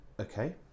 okay